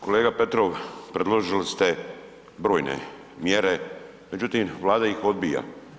Kolega Petrov, predložili ste brojne mjere međutim Vlada ih odbija.